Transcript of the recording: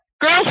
Girls